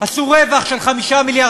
עשו רווח של 5 מיליארד,